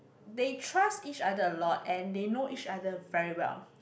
they trust each other a lot and they know each other very well